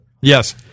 Yes